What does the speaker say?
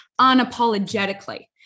unapologetically